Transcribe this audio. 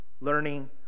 learning